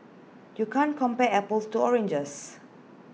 you can't compare apples to oranges